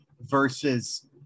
versus